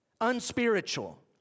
unspiritual